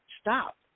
Stop